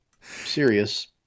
serious